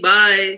Bye।